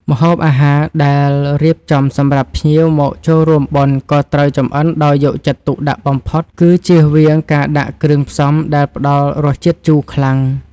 ម្ហូបអាហារដែលរៀបចំសម្រាប់ភ្ញៀវមកចូលរួមបុណ្យក៏ត្រូវចម្អិនដោយយកចិត្តទុកដាក់បំផុត គឺជៀសវាងការដាក់គ្រឿងផ្សំដែលផ្តល់រសជាតិជូរខ្លាំង។